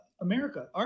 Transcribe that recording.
America